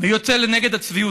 ויוצא נגד הצביעות.